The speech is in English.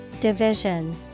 Division